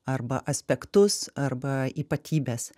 arba aspektus arba ypatybes